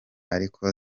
ariko